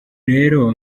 rero